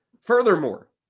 Furthermore